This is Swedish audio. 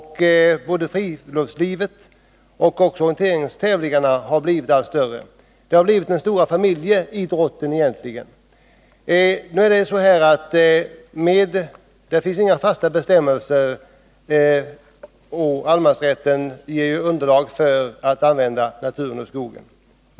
Både friluftslivet och orienteringstävling arna har blivit alltmera omfattande. Orientering har blivit den stora familjeidrotten. Det finns inga fasta bestämmelser, och allemansrätten ger underlag för att använda naturen och skogen.